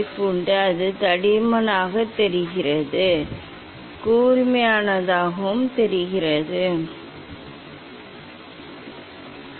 இப்போது அது உங்களுக்குத் தெரிந்த தடிமனாக இருக்கிறது கூர்மையானதாக இருக்க நான் இப்போது கோலிமேட்டர் ஃபோகஸ் குமிழியை சரிசெய்ய வேண்டும்